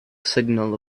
signal